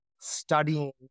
studying